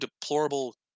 deplorable